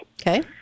Okay